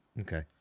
Okay